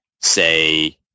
say